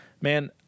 Man